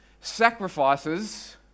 sacrifices